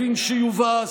הבין שיובס,